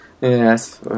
Yes